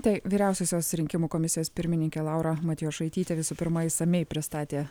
tai vyriausiosios rinkimų komisijos pirmininkė laura matjošaitytė visų pirma išsamiai pristatė